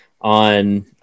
on